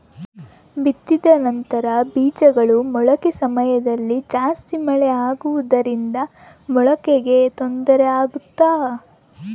ಬಿತ್ತಿದ ನಂತರ ಬೇಜಗಳ ಮೊಳಕೆ ಸಮಯದಲ್ಲಿ ಜಾಸ್ತಿ ಮಳೆ ಆಗುವುದರಿಂದ ಮೊಳಕೆಗೆ ತೊಂದರೆ ಆಗುತ್ತಾ?